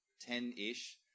ten-ish